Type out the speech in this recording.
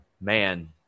Man